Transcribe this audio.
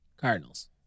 Cardinals